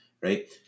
right